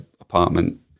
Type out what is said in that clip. apartment